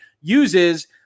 uses